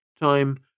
Time